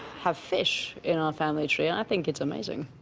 have fish in our family tree, i think it's amazing.